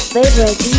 favorite